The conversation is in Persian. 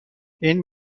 این